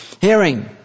Hearing